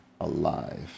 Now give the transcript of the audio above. alive